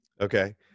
Okay